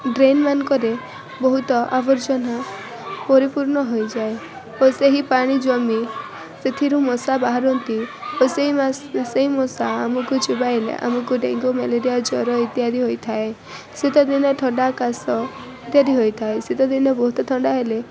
drain ମାନଙ୍କରେ ବହୁତ ଆବର୍ଜନା ପରିପୂର୍ଣ୍ଣ ହୋଇଯାଏ ଓ ସେହି ପାଣି ଜମି ସେଥିରୁ ମଶା ବାହାରନ୍ତି ଓ ସେହି ମଶା ଆମକୁ ଚୋବାଇଲେ ଆମକୁ ଡେଙ୍ଗୁ ମ୍ୟାଲେରିଆ ଜ୍ୱର ଇତ୍ୟାଦି ହୋଇଥାଏ ଶୀତ ଦିନେ ଥଣ୍ଡା କାଶ ଇତ୍ୟାଦି ହୋଇଥାଏ ଶୀତ ଦିନେ ବହୁତ ଥଣ୍ଡା ହେଲେ